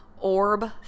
orb